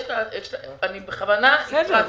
אני בכוונה ---.